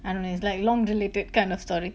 I don't know it's like long related kind of story